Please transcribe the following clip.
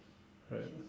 right lah